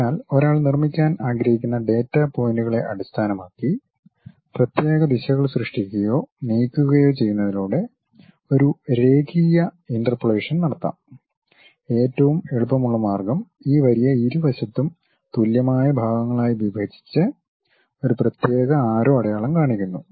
അതിനാൽ ഒരാൾ നിർമ്മിക്കാൻ ആഗ്രഹിക്കുന്ന ഡാറ്റാ പോയിന്റുകളെ അടിസ്ഥാനമാക്കി പ്രത്യേക ദിശകൾ സൃഷ്ടിക്കുകയോ നീക്കുകയോ ചെയ്യുന്നതിലൂടെ ഒരു രേഖീയ ഇന്റർപോളേഷൻ നടത്താം ഏറ്റവും എളുപ്പമുള്ള മാർഗ്ഗം ഈ വരിയെ ഇരുവശത്തും തുല്യമായ ഭാഗങ്ങളായി വിഭജിച്ച് ഒരു പ്രത്യേക ആരോ അടയാളം കാണിക്കുന്നു